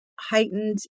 heightened